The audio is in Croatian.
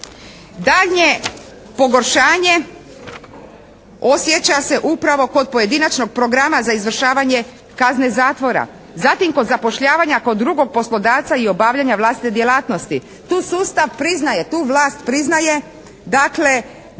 Daljnje pogoršanje osjeća se upravo kod pojedinačnog programa za izvršavanje kazne zatvora. Zatim, kod zapošljavanja kod drugog poslodavca i obavljanja vlastite djelatnosti. Tu sustav priznaje,